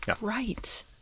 right